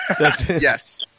Yes